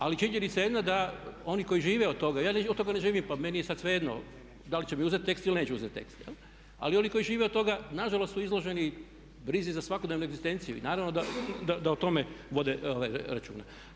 Ali je činjenica jedna da oni koji žive od toga, ja od toga ne živim pa meni je sad svejedno da li će mi uzeti tekst ili neće uzeti tekst, ali oni koji žive od toga nažalost su izloženi brizi za svakodnevnu egzistenciju i naravno da o tome vode računa.